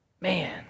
Man